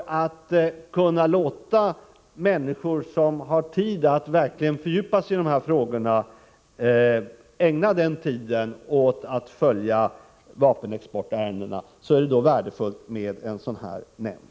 För att kunna låta människor som har tid att verkligen fördjupa sig i de här Sägorna ägna tid åt att följa vapenexportärendena är det värdefullt med Insyn och samråd en sådan här nämnd.